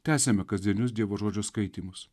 tęsiame kasdienius dievo žodžio skaitymus